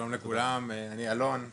שלום לכולם, אני אלון ששון,